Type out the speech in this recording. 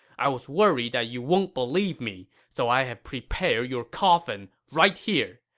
i was worried that you won't believe me, so i have prepared your coffin right here.